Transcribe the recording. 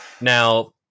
Now